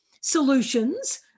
solutions